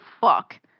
fuck